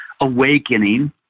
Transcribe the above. awakening